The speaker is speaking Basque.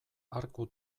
arku